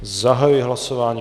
Zahajuji hlasování.